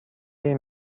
این